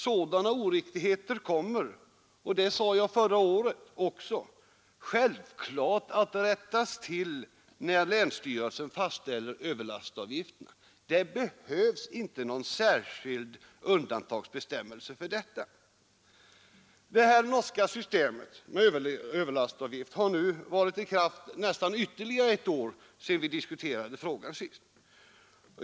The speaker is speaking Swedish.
Sådana oriktigheter kommer — det sade jag också förra året — självfallet att rättas till när länsstyrelsen fastställer överlastavgifterna. Det behövs inte någon särskild undantagsbestämmelse för detta. Det norska systemet med överlastavgift har nu varit i kraft nästan ytterligare ett år sedan vi diskuterade frågan senast.